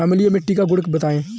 अम्लीय मिट्टी का गुण बताइये